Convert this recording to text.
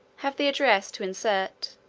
have the address to insert,